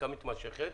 עסקה מתמשכת,